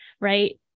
right